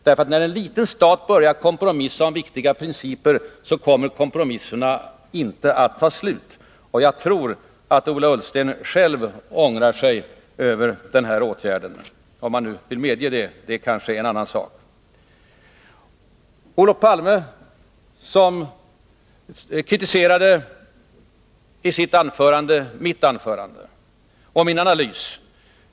När en liten stat börjar kompromissa om viktiga principer, kommer kompromisserna inte att ta slut. Jag tror att Ola Ullsten själv ångrar sin åtgärd. Huruvida han nu vill medge det är kanske en annan sak. Olof Palme kritiserade i sitt anförande mitt inlägg och min analys.